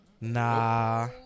Nah